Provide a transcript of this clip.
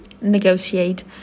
negotiate